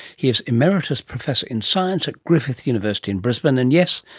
he is emeritus professor in science at griffith university in brisbane and, yes,